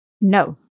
No